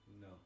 No